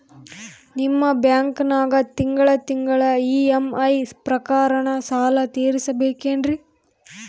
ನಿಮ್ಮ ಬ್ಯಾಂಕನಾಗ ತಿಂಗಳ ತಿಂಗಳ ಇ.ಎಂ.ಐ ಪ್ರಕಾರನ ಸಾಲ ತೀರಿಸಬೇಕೆನ್ರೀ?